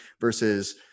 versus